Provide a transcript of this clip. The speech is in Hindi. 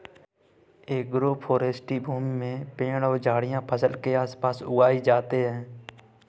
एग्रोफ़ोरेस्टी भूमि में पेड़ और झाड़ियाँ फसल के आस पास उगाई जाते है